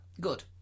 Good